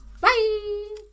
Bye